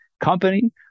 company